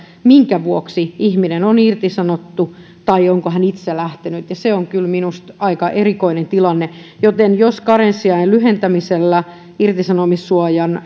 minkä vuoksi ihminen on irtisanottu tai onko hän itse lähtenyt ja se on minusta kyllä aika erikoinen tilanne joten jos karenssiajan lyhentämisellä irtisanomissuojan